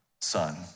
son